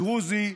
דרוזי,